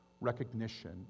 recognition